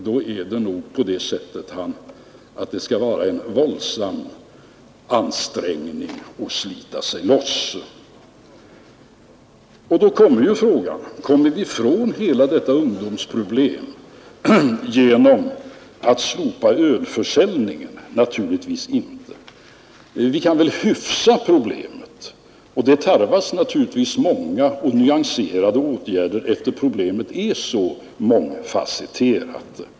Då skall det nog till en våldsam ansträngning för att slita sig loss. Då är ju frågan: Kommer vi ifrån hela detta ungdomsproblem genom att slopa ölförsäljningen? Naturligtvis inte. Vi kan väl hyfsa problemet, och det tarvas många och nyanserade åtgärder, eftersom problemet är så mångfasetterat.